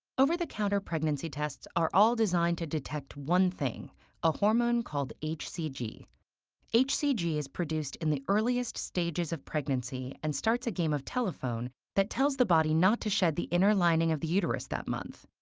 over-the-counter pregnancy tests are all designed to detect one thing a hormone called hcg. hcg is produced in the earliest stages of pregnancy and starts a game of telephone that tells the body not to shed the inner lining of the uterus that month.